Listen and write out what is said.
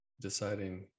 deciding